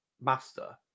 master